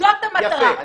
זאת המטרה.